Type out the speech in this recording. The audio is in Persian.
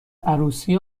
عروسی